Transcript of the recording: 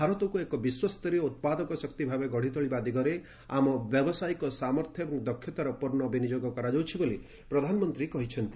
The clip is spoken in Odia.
ଭାରତକୁ ଏକ ବିଶ୍ୱସ୍ତରୀୟ ଉତ୍ପାଦକ ଶକ୍ତି ଭାବେ ଗଢ଼ିତୋଳିବା ଦିଗରେ ଆମ ବ୍ୟାବସାୟିକ ସାମର୍ଥ୍ୟ ଏବଂ ଦକ୍ଷତାର ପୂର୍ଣ୍ଣ ବିନିଯୋଗ କରାଯାଉଛି ବୋଲି ପ୍ରଧାନମନ୍ତୀ କହିଛନ୍ତି